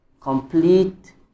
complete